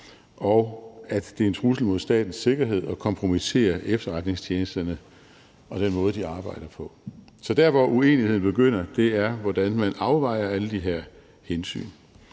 og at det er en trussel mod statens sikkerhed at kompromittere efterretningstjenesterne og den måde, de arbejder på. Så der, hvor uenigheden begynder, er, hvordan man afvejer alle de her hensyn.